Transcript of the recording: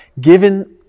given